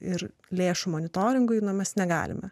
ir lėšų monitoringui na mes negalime